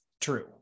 true